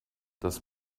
das